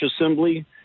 assembly